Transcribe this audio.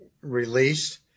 released